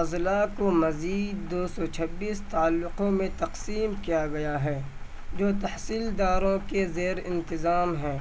اضلاع کو مزید دو سو چھبیس تعلقوں میں تقسیم کیا گیا ہے جو تحصیلداروں کے زیر انتظام ہیں